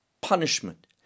punishment